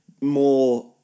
More